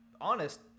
honest